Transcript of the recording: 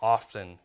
often